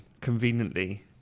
conveniently